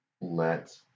let